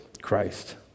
Christ